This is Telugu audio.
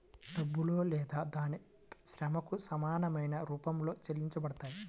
డబ్బులో లేదా దాని శ్రమకు సమానమైన రూపంలో చెల్లించబడతాయి